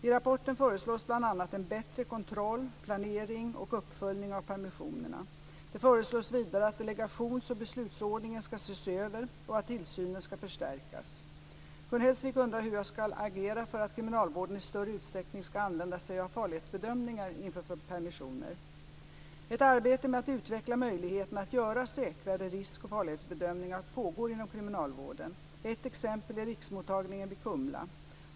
I rapporten föreslås bl.a. en bättre kontroll, planering och uppföljning av permissionerna. Det föreslås vidare att delegations och beslutsordningen ska ses över och att tillsynen ska förstärkas. Gun Hellsvik undrar hur jag ska agera för att kriminalvården i större utsträckning ska använda sig av farlighetsbedömningar inför permissioner. Ett arbete med att utveckla möjligheterna att göra säkrare risk och farlighetsbedömningar pågår inom kriminalvården. Ett exempel är riksmottagningen vid Kumla.